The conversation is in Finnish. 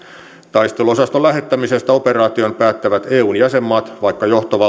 taisteluosaston lähettämisestä operaatioon päättävät eun jäsenmaat vaikka johtovaltiolla